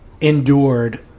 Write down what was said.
endured